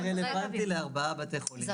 מבוטח רוצה להגיע לבית חולים מרכזי